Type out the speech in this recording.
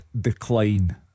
decline